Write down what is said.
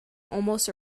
almost